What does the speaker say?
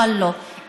אבל לא,